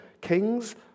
kings